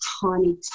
tiny